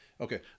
okay